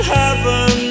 heaven